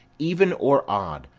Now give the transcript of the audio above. even or odd,